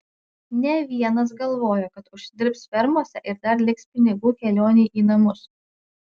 ne vienas galvojo kad užsidirbs fermose ir dar liks pinigų kelionei į namus